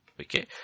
Okay